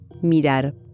mirar